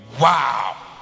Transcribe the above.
Wow